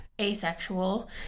asexual